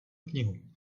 knihu